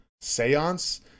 Seance